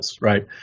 right